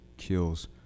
Kills